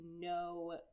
no